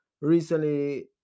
recently